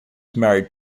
married